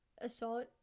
assault